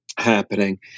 Happening